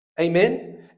Amen